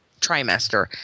trimester